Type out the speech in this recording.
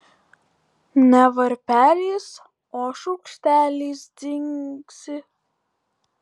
ne varpeliais o šaukšteliais dzingsi